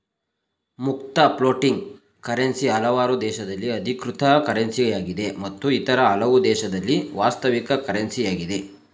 ಮುಕ್ತ floating currency ಹಲವಾರು ದೇಶದಲ್ಲಿ ಅಧಿಕೃತ ಕರೆನ್ಸಿಯಾಗಿದೆ ಮತ್ತು ಇತರ ಹಲವು ದೇಶದಲ್ಲಿ ವಾಸ್ತವಿಕ ಕರೆನ್ಸಿ ಯಾಗಿದೆ